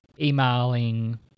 emailing